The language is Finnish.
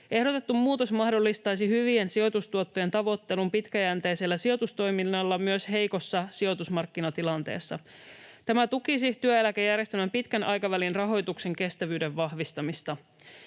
Ehdotettu muutos mahdollistaisi hyvien sijoitustuottojen tavoittelun pitkäjänteisellä sijoitustoiminnalla myös heikossa sijoitusmarkkinatilanteessa. Tämä tukisi työeläkejärjestelmän pitkän aikavälin rahoituksen kestävyyden vahvistamista.